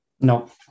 No